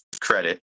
credit